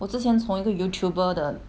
我之前从一个 youtuber 的